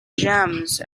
gems